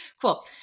cool